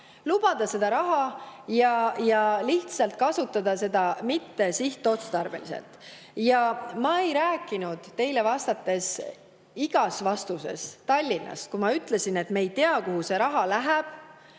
lubada seda raha ja kasutada seda mittesihtotstarbeliselt. Ma ei rääkinud teile vastates igas vastuses Tallinnast. Kui ma ütlesin, et me ei tea, kuhu see raha läheb,